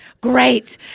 great